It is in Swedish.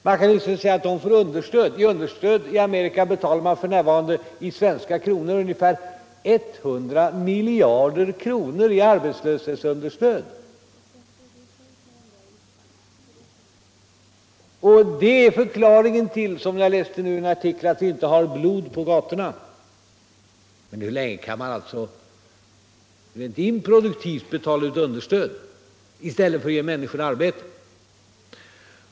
Man kan visserligen säga att de får understöd — i arbetslöshetsunderstöd betalar man i Amerika f.n. i svenska kronor ungefär 100 miljarder på ett år. Det är förklaringen till, som jag läste i en artikel, att man inte har blod på gatorna. Men hur länge kan man betala ut understöd, som är helt improduktivt, i stället för att ge människor arbete?